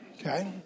okay